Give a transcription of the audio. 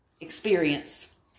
Experience